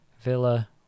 Villa